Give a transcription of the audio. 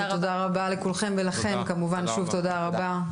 תודה רבה לכולכם ולכם שוב תודה רבה.